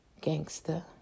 gangster